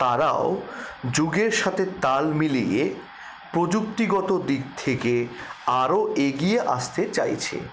তারাও যুগের সাথে তাল মিলিয়ে প্রযুক্তিগত দিক থেকে আরও এগিয়ে আসতে চাইছে